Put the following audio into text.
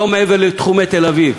לא מעבר לתחומי תל-אביב.